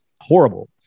horrible